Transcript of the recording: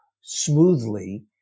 smoothly